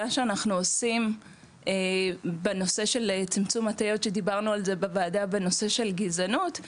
שאנחנו עושים בנושא צמצום הטיות שדיברנו על זה בוועדה בנושא של גזענות,